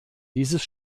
dieses